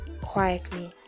quietly